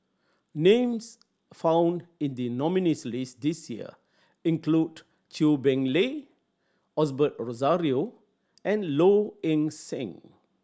names found in the nominees' list this year include Chew Boon Lay Osbert Rozario and Low Ing Sing